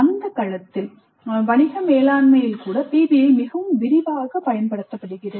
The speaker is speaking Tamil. அந்த களத்தில் வணிக மேலாண்மை கூட PBI மிகவும் விரிவாக பயன்படுத்தப்படுகிறது